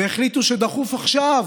והחליטו שדחוף עכשיו